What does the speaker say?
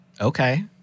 Okay